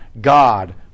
God